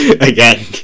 Again